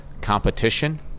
competition